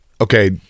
Okay